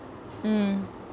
mm